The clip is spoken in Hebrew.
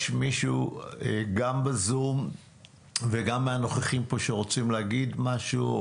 יש מישהו גם בזום וגם מהנוכחים פה שרוצה להגיד משהו?